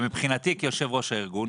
מבחינתי כיושב ראש הארגון,